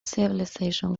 civilization